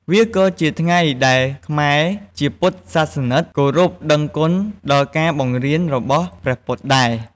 វាក៏ជាថ្ងៃដែលខ្មែរជាពុទ្ទសាសនឹក គោរពដឹងគុណដល់ការបង្រៀនរបស់ព្រះពុទ្ធដែរ។